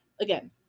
again